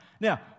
Now